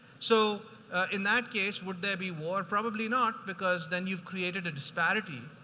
so in that case, would there be war? probably not. because then you've created a disparity